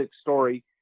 story